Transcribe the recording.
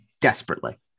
Desperately